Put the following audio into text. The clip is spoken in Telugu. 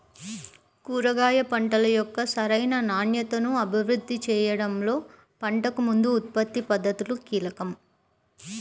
కూరగాయ పంటల యొక్క సరైన నాణ్యతను అభివృద్ధి చేయడంలో పంటకు ముందు ఉత్పత్తి పద్ధతులు కీలకం